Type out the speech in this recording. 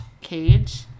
cage